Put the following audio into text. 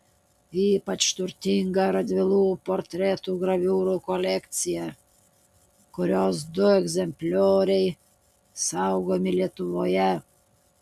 ypač turtinga radvilų portretų graviūrų kolekcija kurios du egzemplioriai saugomi lietuvoje